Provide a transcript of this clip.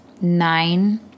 nine